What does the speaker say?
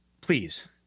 please